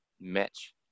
match